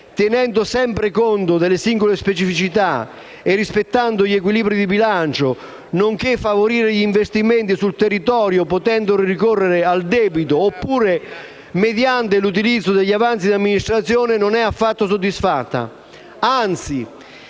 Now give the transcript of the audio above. tenendo sempre conto delle singole specificità e rispettando gli equilibri di bilancio, nonché di favorire gli investimenti sul territorio, potendo ricorrere al debito oppure mediante l'utilizzo degli avanzi di amministrazione, non è affatto soddisfatta.